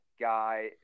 guy